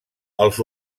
els